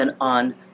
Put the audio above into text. on